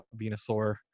Venusaur